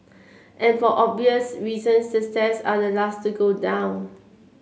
and for obvious reason the stairs are the last to go down